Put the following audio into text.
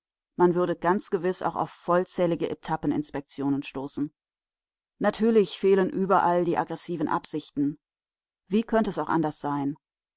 man würde ganz gewiß auch auf vollzählige etappeninspektionen stoßen natürlich fehlen überall die aggressiven absichten wie könnt es auch anders sein